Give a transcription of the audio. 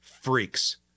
freaks